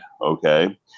okay